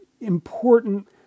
important